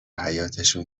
حیاطشون